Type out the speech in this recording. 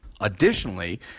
Additionally